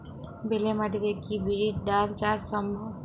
বেলে মাটিতে কি বিরির ডাল চাষ সম্ভব?